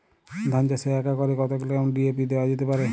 ধান চাষে এক একরে কত কিলোগ্রাম ডি.এ.পি দেওয়া যেতে পারে?